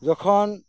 ᱡᱚᱠᱷᱚᱱ